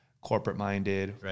corporate-minded